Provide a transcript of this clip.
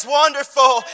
wonderful